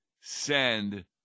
send